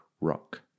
rock